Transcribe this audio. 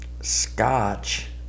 Scotch